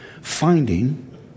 finding